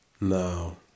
No